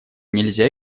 нельзя